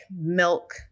milk –